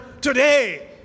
today